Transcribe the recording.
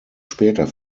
später